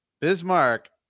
Bismarck